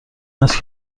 است